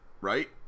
right